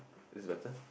is this better